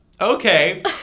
Okay